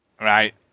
Right